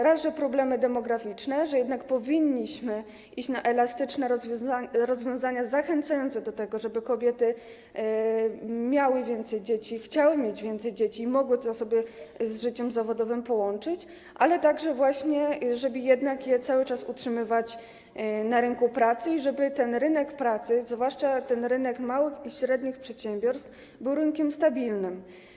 Raz, że są problemy demograficzne, że jednak powinniśmy stosować elastyczne rozwiązania zachęcające do tego, żeby kobiety miały więcej dzieci, chciały mieć więcej dzieci i mogły to połączyć z życiem zawodowym, a dwa, chodzi także o to, żeby jednak cały czas utrzymywać je na rynku pracy i żeby ten rynek pracy, zwłaszcza rynek małych i średnich przedsiębiorstw, był rynkiem stabilnym.